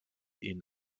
ihn